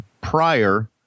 prior